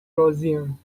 راضیم